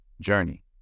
journey